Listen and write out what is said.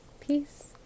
peace